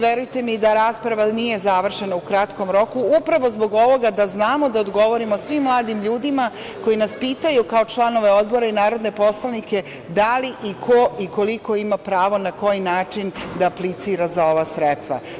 Verujte mi da rasprava nije završena u kratkom roku, upravo zbog ovoga da znamo da odgovorimo svim mladim ljudima koji nas pitaju kao članove Odbora i narodne poslanike da li i ko i koliko ima pravo, na koji način da aplicira za ova sredstva.